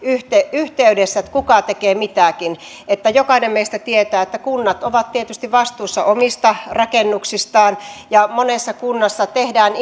yhteydessä kuka tekee mitäkin jokainen meistä tietää että kunnat ovat tietysti vastuussa omista rakennuksistaan ja monessa kunnassa tehdään